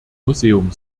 museum